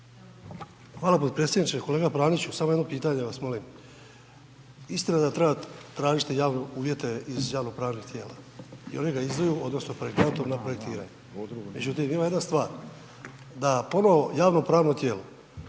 Hvala potpredsjedniče, kolega Praniću samo jedno pitanje vas molim. Istina da treba tražiti javnu, uvjete iz javnopravnih tijela i oni ga …/nerazumljivo/… izuju odnosno projektant onda projektira, međutim ima jedna stvar da ponovo javno pravno tijelo